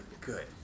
good